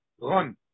run